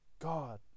God